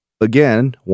again